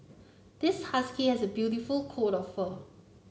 this husky has a beautiful coat of fur